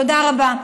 תודה רבה.